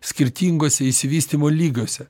skirtingose išsivystymo lygose